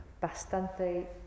bastante